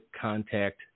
contact